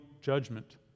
judgment